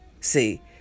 See